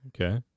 Okay